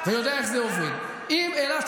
זה לא עובד ככה, זה לכולם.